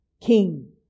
king